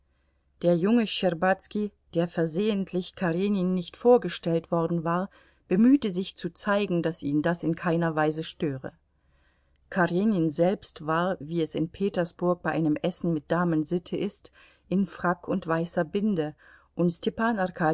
der junge schtscherbazki der versehentlich karenin nicht vorgestellt worden war bemühte sich zu zeigen daß ihn das in keiner weise störe karenin selbst war wie es in petersburg bei einem essen mit damen sitte ist in frack und weißer binde und stepan